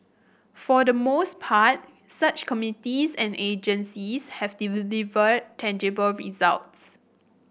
for the most part such committees and agencies have delivered tangible results